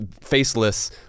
faceless